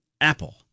Apple